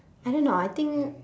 I don't know I think